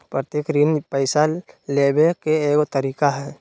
प्रत्यक्ष ऋण पैसा लेबे के एगो तरीका हइ